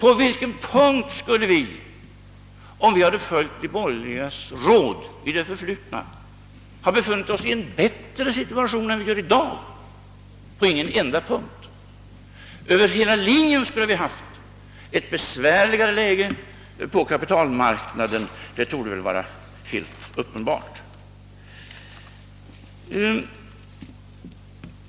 I vilket avseende skulle vi, om vi hade följt de borgerligas råd i det förflutna, ha befunnit oss i en bättre situation än vi gör i dag? På ingen enda punkt, Över hela linjen skulle vi ha haft ett besvärligare läge på kapitalmarknaden — det torde vara uppenbart.